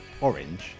orange